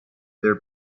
their